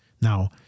Now